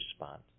respond